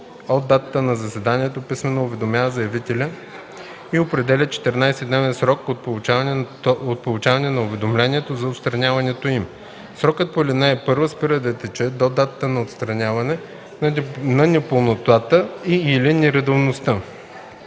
от датата на заседанието писмено уведомява заявителя и определя 14-дневен срок от получаване на уведомлението за отстраняването им. Срокът по ал. 1 спира да тече до датата на отстраняване на непълнотата и/или нередовността.